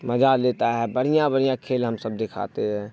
مجا لیتا ہے بڑھیاں بڑھیاں کھیل ہم سب دکھاتے ہیں